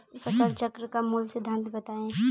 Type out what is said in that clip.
फसल चक्र का मूल सिद्धांत बताएँ?